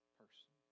person